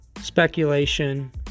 speculation